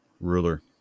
ruler